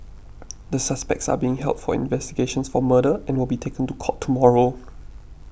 the suspects are being held for investigations for murder and will be taken to court tomorrow